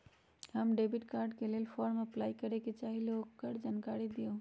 हम debit card के लेल फॉर्म अपलाई करे के चाहीं ल ओकर जानकारी दीउ?